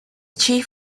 chief